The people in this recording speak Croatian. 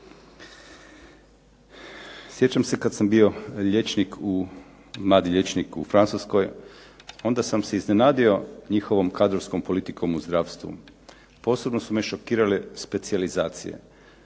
Sjećam se kada sam bio mladi liječnik u Francuskoj, onda sam se iznenadio njihovom kadrovskom politikom u zdravstvu. Posebno su me šokirale specijalizacije.